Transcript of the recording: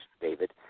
David